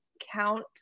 count